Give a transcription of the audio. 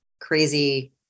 crazy